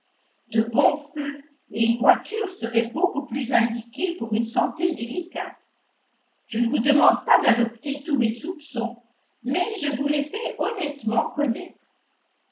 de bons feux et une voiture seraient beaucoup plus indiqués pour une santé délicate je ne vous demande pas d'adopter tous mes soupçons mais je vous les fais honnêtement connaître